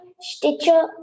Stitcher